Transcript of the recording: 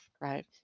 right